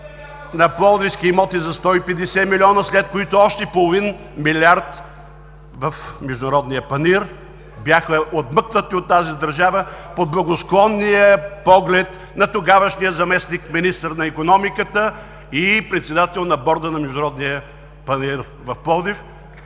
за България“) за 150 милиона, след което още половин милиард в Международния панаир бяха отмъкнати от тази държава под благосклонния поглед на тогавашния заместник-министър на икономиката и председател на Борда на Международния панаир в Пловдив